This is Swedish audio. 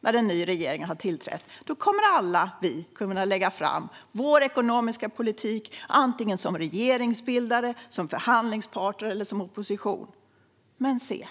När en ny regering sedan har tillträtt kommer vi alla att kunna lägga fram vår ekonomiska politik, antingen som regeringsbildare, som förhandlingsparter eller som opposition. Men, se: